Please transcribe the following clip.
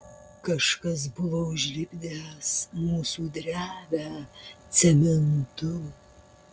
kažkas buvo užlipdęs mūsų drevę cementu